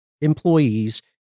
employees